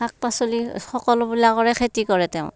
শাক পাচলি সকলোবিলাকৰে খেতি কৰে তেওঁ